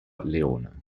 leone